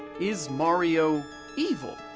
is mario evil?